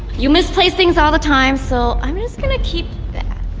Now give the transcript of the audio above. you misplace things all the time so i'm just gonna keep that.